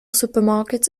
supermarkets